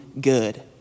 good